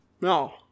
no